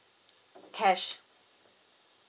cash